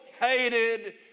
hated